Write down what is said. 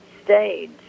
stage